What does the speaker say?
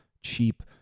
cheap